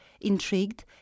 intrigued